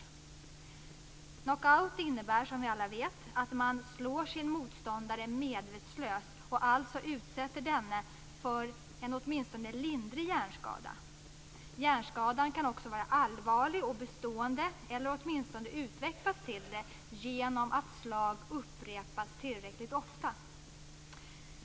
Knockout innebär, som vi alla vet, att man slår sin motståndare medvetslös och alltså utsätter denne för en åtminstone lindrig hjärnskada. Hjärnskadan kan också vara allvarlig och bestående, eller åtminstone utvecklas till det genom att slag upprepas tillräckligt ofta.